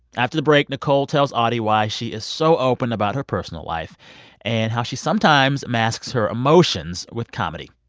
after the break, nicole tells audie why she is so open about her personal life and how she sometimes masks her emotions with comedy.